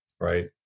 Right